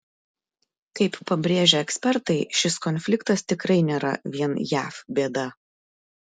kaip pabrėžia ekspertai šis konfliktas tikrai nėra vien jav bėda